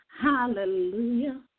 Hallelujah